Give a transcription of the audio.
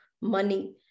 money